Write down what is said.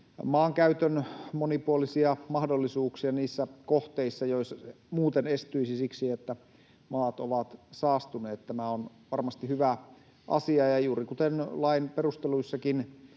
maankäytön monipuolisia mahdollisuuksia niissä kohteissa, joissa se muuten estyisi siksi, että maat ovat saastuneet. Tämä on varmasti hyvä asia. Ja juuri kuten lain perusteluissakin